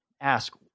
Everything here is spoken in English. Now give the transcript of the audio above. ask